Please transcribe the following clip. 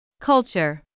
Culture